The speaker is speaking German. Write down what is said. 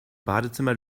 badezimmer